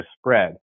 spread